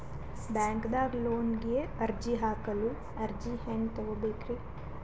ಬ್ಯಾಂಕ್ದಾಗ ಲೋನ್ ಗೆ ಅರ್ಜಿ ಹಾಕಲು ಅರ್ಜಿ ಹೆಂಗ್ ತಗೊಬೇಕ್ರಿ?